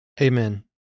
Amen